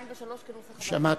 שמעתי.